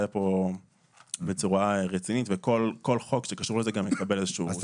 לפה בצורה רצינית וכל חוק שקשור לזה גם יקבל התייחסות.